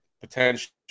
Potential